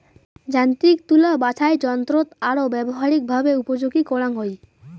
যান্ত্রিক তুলা বাছাইযন্ত্রৎ আরো ব্যবহারিকভাবে উপযোগী করাঙ হই